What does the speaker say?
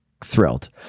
thrilled